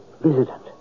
visitant